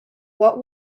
what